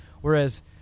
Whereas